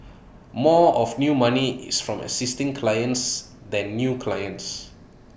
more of new money is from existing clients than new clients